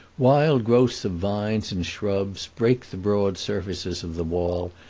wild growths of vines and shrubs break the broad surfaces of the wall,